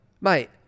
Mate